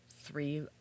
three